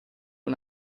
una